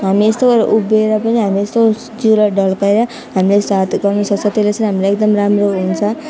हामी यस्तो गरेर उभिएर पनि हामी यस्तो जिउलाई ढल्काएर हामीले यस्तो हात गर्नु सक्छ त्यसले चाहिँ हामीलाई एकदम राम्रो हुन्छ